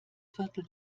viertel